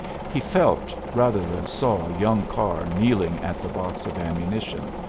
he felt rather than saw young carr kneeling at the box of ammunition,